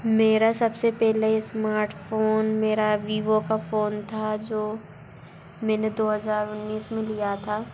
मेरा सबसे पहले स्मार्टफ़ोन मेरा वीवो का फ़ोन था जो मैंने दो हज़ार उन्नीस में लिया था